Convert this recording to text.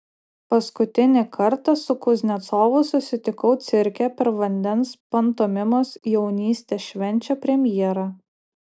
paskutinį kartą su kuznecovu susitikau cirke per vandens pantomimos jaunystė švenčia premjerą